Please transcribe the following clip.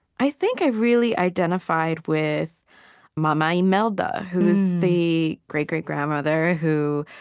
i think i really identified with mama imelda, who is the great-great-grandmother who,